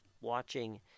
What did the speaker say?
watching